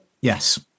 yes